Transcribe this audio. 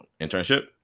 internship